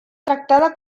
tractada